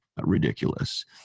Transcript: ridiculous